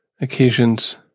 occasions